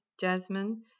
jasmine